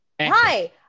Hi